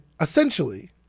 essentially